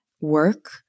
work